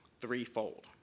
three-fold